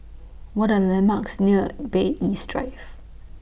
What Are The landmarks near Bay East Drive